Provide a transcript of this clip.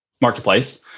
marketplace